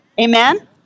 Amen